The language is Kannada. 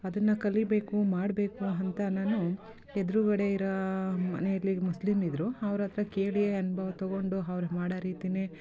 ಅದನ್ನು ಕಲಿಬೇಕು ಮಾಡಬೇಕು ಅಂತ ನಾನು ಎದುರುಗಡೆ ಇರೋ ಮನೇಲಿ ಮುಸ್ಲಿಮ್ ಇದ್ದರು ಅವರತ್ರ ಕೇಳಿ ಅನುಭವ ತೊಗೊಂಡು ಅವ್ರ್ ಮಾಡೊ ರೀತಿಲೇ